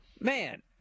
man